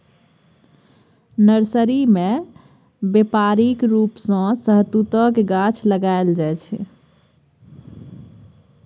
nursery मे बेपारिक रुप सँ शहतुतक गाछ लगाएल जाइ छै